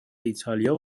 ایتالیا